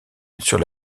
sur